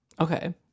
Okay